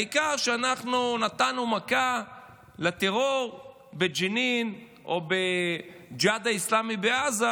העיקר שנתנו מכה לטרור בג'נין או לג'יהאד האסלאמי בעזה,